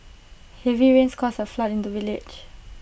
heavy rains caused A flood in the village